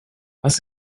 was